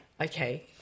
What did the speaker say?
Okay